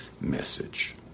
message